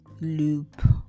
loop